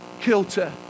kilter